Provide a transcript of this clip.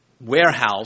warehouse